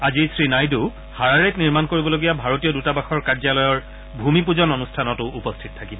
আজি শ্ৰীনাইডু হাৰাৰেত নিৰ্মাণ কৰিবলগীয়া ভাৰতীয় দূতাবাসৰ কাৰ্যালয়ৰ ভূমিপূজন অনুষ্ঠানতো উপস্থিত থাকিব